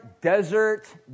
desert